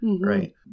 Right